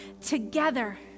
together